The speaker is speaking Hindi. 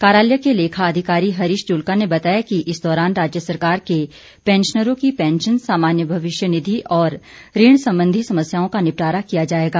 कार्यालय के लेखा अधिकारी हरीश जुल्का ने बताया कि इस दौरान राज्य सरकार के पैंशनरों की पैंशन सामान्य भविष्य निधि और ऋण संबंधी समस्याओं का निपटारा किया जाएगा